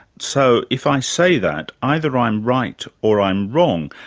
so if i say that, either i'm right or i'm wrong.